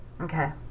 Okay